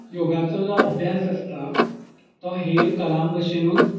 योगाचो जो अभ्यास आसता तो हेर कलाम भशेनूच